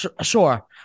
Sure